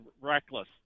reckless